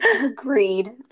Agreed